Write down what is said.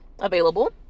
available